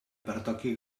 pertoqui